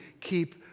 keep